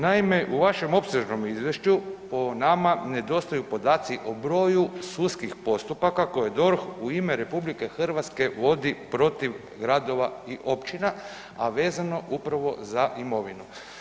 Naime, u vašem opsežnom Izvješću po nama nedostaju podaci o broju sudskih postupaka koje je DORH u ime RH vodi protiv gradova i općina, a vezano upravo za imovinu.